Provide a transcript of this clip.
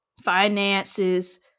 finances